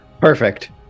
Perfect